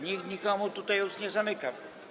Nikt nikomu tutaj ust nie zamyka.